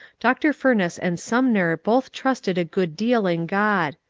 dr. fumess and sumner both trusted a good deal in god.